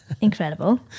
Incredible